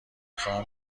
خواهم